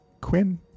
Quinn